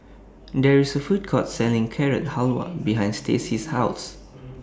There IS A Food Court Selling Carrot Halwa behind Stacey's House